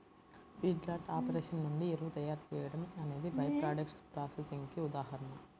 feedlot operation నుండి ఎరువు తయారీ చేయడం అనేది బై ప్రాడక్ట్స్ ప్రాసెసింగ్ కి ఉదాహరణ